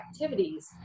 activities